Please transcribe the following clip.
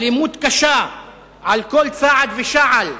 אלימות קשה על כל צעד ושעל,